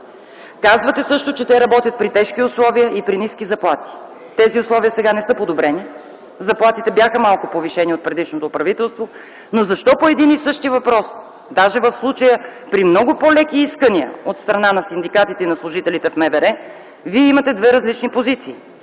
Казвате също, че те работят при тежки условия и при ниски заплати. Тези условия сега не са подобрени – заплатите бяха малко повишени от предишното правителство. Но защо по един и същи въпрос, даже в случая при много по-леки искания от страна на синдикатите и на служителите в МВР, Вие имате две различни позиции?